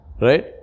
Right